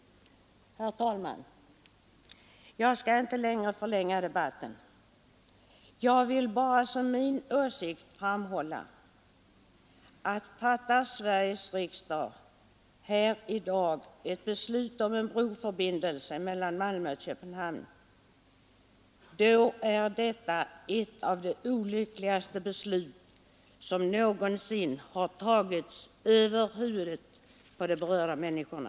Herr talman! Jag skall inte ytterligare förlänga debatten. Jag vill bara som min åsikt framhålla, att fattar Sveriges riksdag här i dag ett beslut om en broförbindelse mellan Malmö och Köpenhamn, då är detta ett av de olyckligaste beslut som någonsin har tagits över huvudet på de berörda människorna.